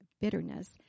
bitterness